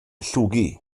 llwgu